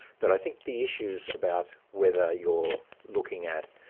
but i think the issues about whether you're looking at